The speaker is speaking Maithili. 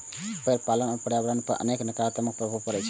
भेड़ पालन सं पर्यावरण पर अनेक नकारात्मक प्रभाव पड़ै छै